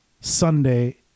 Sunday